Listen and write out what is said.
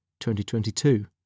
2022